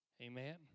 Amen